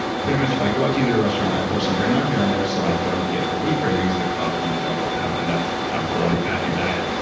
pretty much if i go out to eat at a restaurant, i pour some brain octane on there so i don't get the food cravings that cause when you don't have enough high-quality fat in your diet